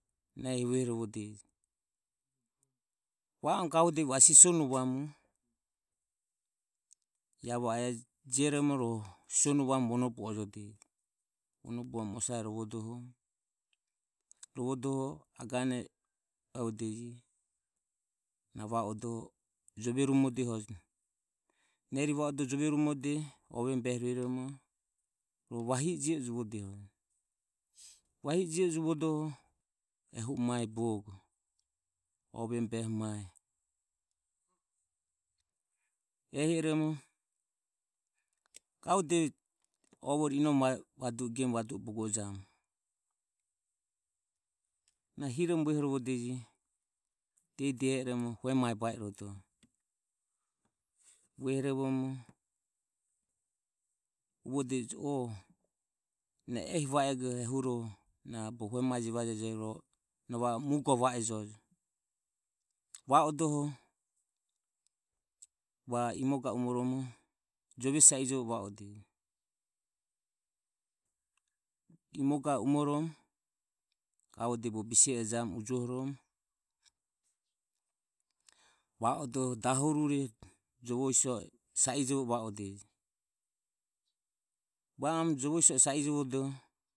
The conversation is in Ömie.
Na ehi vuehorovodeje. Na oromo gavode sisonuvamu ia va o jioromo gavodeje sisonuvamu vono bu oromo osare rovodeje. Rovodoho nahi agane uevodeje na va odoho jove rumodehojo neri va odoho jove rumodoho ovemu behe rueromo rohu vahi e je e juvodehojo vahie e je e juvodoho ehu o mae bogo ovemu behe mae ehi oromo gavodeje ovoroho inome gemu vadu e nahi ovoroho bogojiamu na hiromo vuehorovodeje diehi diehi oromo hue mae ba i rodoho vuehorovoromo uvodeje o na e ehi va egoro na bogo hue mae jevajejo rohu va odoho va imoga umoromo jove sa i jovoromo, sa i jovoromo gavodeje bogo bisemuho jamu va odoho dahorure jovo siso e va oromo jovo siso e sa ijovodoho.